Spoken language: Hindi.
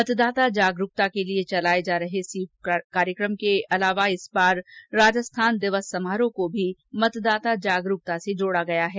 मतदाता जागरूकता के लिए चलाए जा रहे स्वीप कार्यक्रम के अलावा इस बार राजस्थान दिवस समारोह को भी मतदाता जागरूकता से जोड़ा गया है